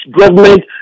government